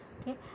okay